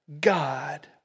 God